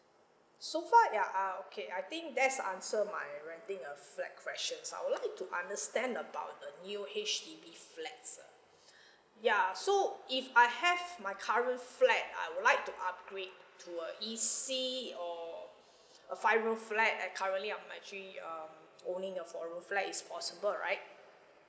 so far ya ah okay I think that's answer my renting a flat questions I'll like to understand about the new H_D_B flats ah ya so if I have my current flat I would like to upgrade to a E_C or a five room flat I currently I'm actually um owning a four room flat it's possible right